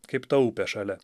kaip ta upė šalia